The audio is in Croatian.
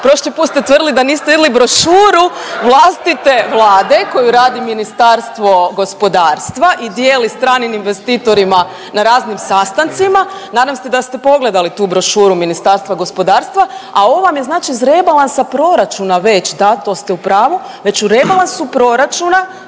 Prošli put ste tvrdili da niste vidli brošuru vlastite Vlade koju radi Ministarstvo gospodarstva i dijeli stranim investitorima na raznim sastancima. Nadam ste da ste pogledali tu brošuru Ministarstva gospodarstva. A ovo vam je znači iz rebalansa proračuna već da to ste u pravu, već u rebalansu proračuna